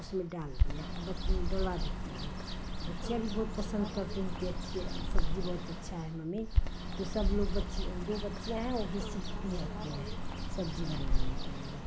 उसमें डाल दिया डलवा देती हूँ तो बच्चियाँ भी बहुत पसन्द करती हैं कि अच्छी है सब्ज़ी बहुत अच्छी है मम्मी तो सब लोग बच्ची दो बच्चियाँ हैं वह भी सीखती रहती हैं सब्ज़ी बनाने के लिए